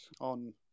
on